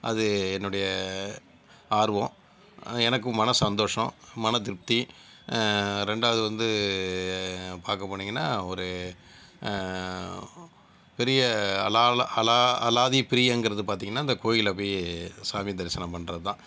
அது என்னுடைய ஆர்வம் எனக்கும் மன சந்தோஷம் மன திருப்தி ரெண்டாவது வந்து பார்க்க போனீங்கனால் ஒரு பெரிய அலால அலா அலாதி பிரியங்கிறது பார்த்தீங்கனா இந்த கோயிலை போய் சாமி தரிசனம் பண்ணுறதுதான்